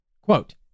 quote